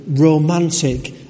romantic